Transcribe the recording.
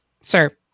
Sir